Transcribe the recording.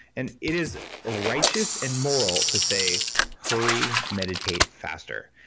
and it is righteous and moral to say hurry meditate faster.